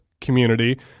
community